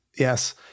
Yes